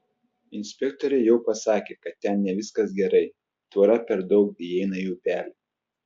inspektoriai jau pasakė kad ten ne viskas gerai tvora per daug įeina į upelį